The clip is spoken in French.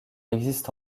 existe